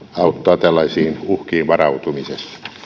auttaa tällaisiin uhkiin varautumisessa